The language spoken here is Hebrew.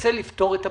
ננסה לפתור את הבעיה.